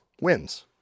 wins